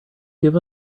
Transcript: give